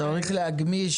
צריך גם להגמיש